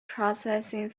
processing